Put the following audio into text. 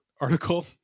article